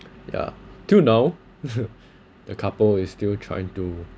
ya till now the couple is still trying to